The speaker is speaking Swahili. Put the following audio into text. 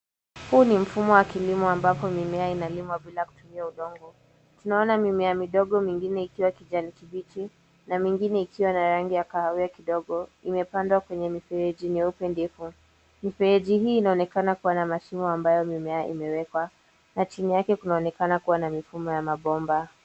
Huu ni mfumo wa kilimo ambapo mimea inalimwa bila kutumia udongo. Tunaona mimea midogo mingine ikiwa kijani kibichi na mengine ikiwa na rangi ya kahawia kidogo imepandwa kwenye mifereji nyeupe ndifu. Mifereji hii inaonekana kuwa na mashimo ambayo mimea imewekwa na chini yake kunaonekana kuwa na mifumo ya mabomba.